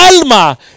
alma